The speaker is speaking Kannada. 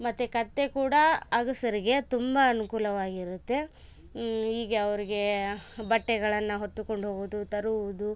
ಮತ್ತೆ ಕತ್ತೆ ಕೂಡ ಅಗಸರಿಗೆ ತುಂಬ ಅನುಕೂಲವಾಗಿರುತ್ತೆ ಹೀಗೆ ಅವ್ರಿಗೆ ಬಟ್ಟೆಗಳನ್ನು ಹೊತ್ತುಕೊಂಡು ಹೋಗುವುದು ತರುವುದು